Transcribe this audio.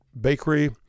bakery